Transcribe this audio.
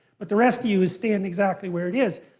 but the rest of you is staying exactly where it is.